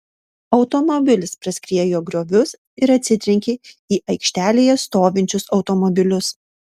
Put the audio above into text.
automobilis praskriejo griovius ir atsitrenkė į aikštelėje stovinčius automobilius